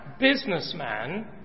businessman